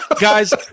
guys